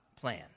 plan